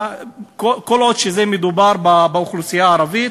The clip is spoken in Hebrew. כל עוד מדובר באוכלוסייה הערבית,